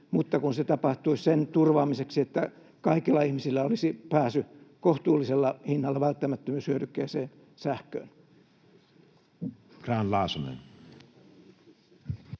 mutta se tapahtuisi sen turvaamiseksi, että kaikilla ihmisillä olisi pääsy kohtuullisella hinnalla välttämättömyyshyödykkeeseen, sähköön.